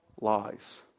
lies